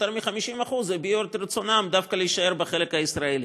יותר מ-50% הביעו את רצונם דווקא להישאר בחלק הישראלי.